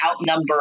outnumber